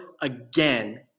again